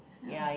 ya